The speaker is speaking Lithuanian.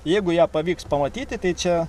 jeigu ją pavyks pamatyti tai čia